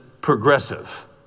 progressive